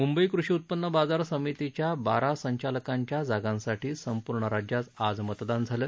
म्ंबई कृषी उत्पन्न बाजार समितीच्या बारा संचालकांच्या जागांसाठी संपूर्ण राज्यात आज मतदान झालं